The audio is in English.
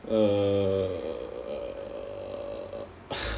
err